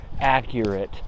accurate